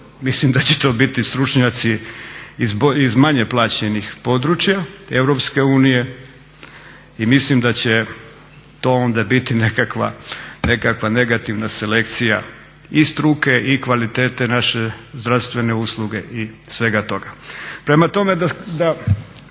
mislim da će to biti stručnjaci iz manje plaćenih područja EU i mislim da će to onda biti nekakva negativna selekcija i struke i kvalitete naše zdravstvene usluge i svega toga.